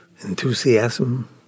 enthusiasm